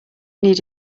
need